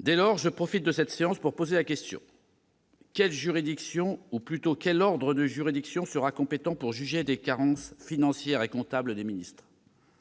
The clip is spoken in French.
Dès lors, je profite de cette séance pour poser la question : quel ordre de juridiction sera compétent pour juger des carences financières et comptables des ministres,